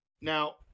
Now